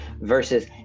versus